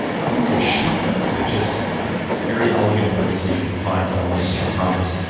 i wouldn't say shortcuts but just very elegant approaches that you can find to all these different problems.